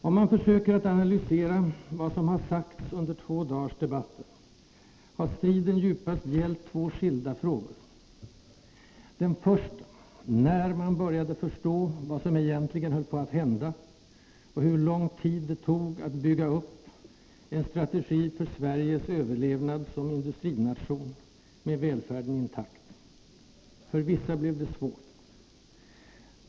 Om man försöker att analysera vad som har sagts under två dars debatter har striden djupast gällt två skilda frågor — den första: när man började förstå vad som egentligen höll på att hända, och hur lång tid det tog att bygga upp en strategi för Sveriges överlevnad intakt. För vissa blev det svårt.